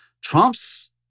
Trump's